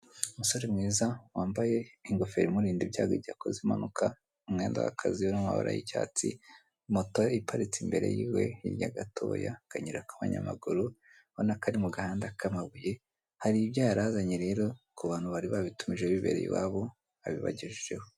Umusore mwiza wambaye ingofero imurinda ibyago igihe akoze impanuka, umwenda w'akazi uri mu mabara y'icyatsi, moto iparitse imbere yiwe hirya gatoya akayira k'abanyamaguru, ubona ko ari mu gahanda k'amabuye, hari ibyo yarazanye rero ku bantu bari babitumije bibereye iwabo abibagejejeho.